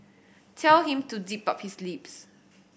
tell him to zip up his lips